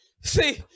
See